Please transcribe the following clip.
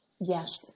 Yes